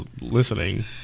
listening